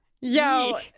Yo